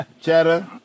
Cheddar